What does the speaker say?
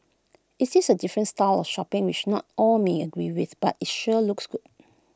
IT is A different style of shopping which not all may agree with but IT sure looks good